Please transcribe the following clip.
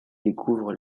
découvre